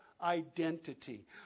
identity